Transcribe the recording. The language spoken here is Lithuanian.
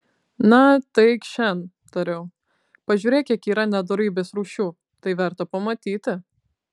na tai eikš šen tariau pažiūrėk kiek yra nedorybės rūšių tai verta pamatyti